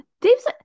Dave's